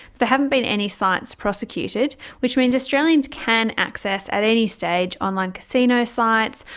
there haven't been any sites prosecuted, which means australians can access at any stage online casino sites,